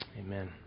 Amen